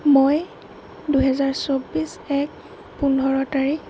মই দুহেজাৰ চৌব্বিছ এক পোন্ধৰ তাৰিখে